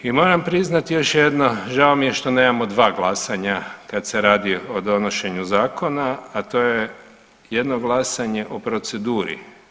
I moram priznati još jedno, žao mi je što nemamo dva glasanja kad se radi o donošenju zakona, a to je jedno glasanje o proceduri.